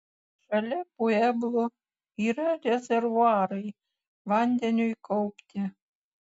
šalia pueblų yra rezervuarai vandeniui kaupti